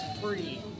free